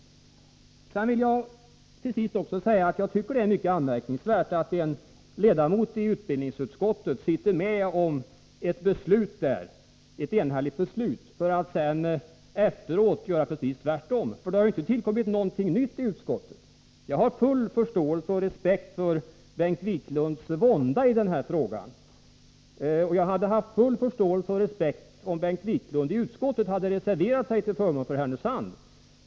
Till sist vill jag också säga att jag tycker det är mycket anmärkningsvärt att en ledamot i utbildningsutskottet är med om ett enhälligt beslut där, för att efteråt agera precis tvärtemot. Det har ju inte tillkommit något nytt. Jag har full förståelse och respekt för Bengt Wiklunds vånda i den här frågan, och jag hade haft full förståelse och respekt om Bengt Wiklund i utskottet hade reserverat sig till förmån för Härnösand.